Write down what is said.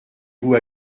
vous